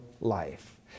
life